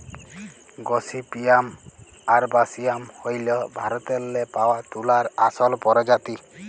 gossypium arboreum হ্যইল ভারতেল্লে পাউয়া তুলার আসল পরজাতি